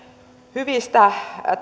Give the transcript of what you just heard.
hyvistä